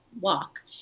walk